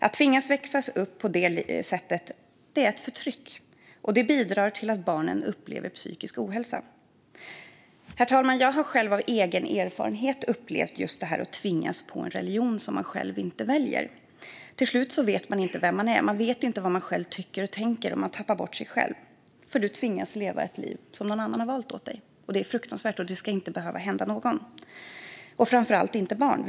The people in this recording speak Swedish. Att tvingas växa upp på det sättet är förtryck och bidrar till att barn upplever psykisk ohälsa. Herr talman! Jag har själv erfarenhet av att tvingas på en religion jag inte valt. Till slut vet man inte vem man är eller vad man tycker och tänker. Man tappar bort sig själv eftersom man tvingas leva ett liv som någon annan valt åt en. Det är fruktansvärt och ska inte behöva hända någon, framför allt inte barn.